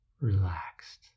Relaxed